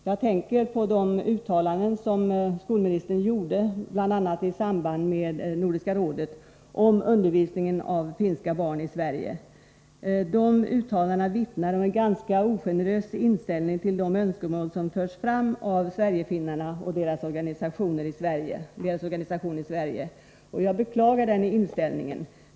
Jag tänker på de uttalanden som skolministern gjorde bl.a. i samband med Nordiska rådets session när det gäller undervisningen av finska barn i Sverige. Dessa uttalanden vittnar om en ganska ogenerös inställning till de önskemål som förs fram av Sverigefinnarna och deras organisationer i Sverige. Jag beklagar den inställningen.